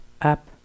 up